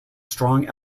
strong